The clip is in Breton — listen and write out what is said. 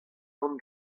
kant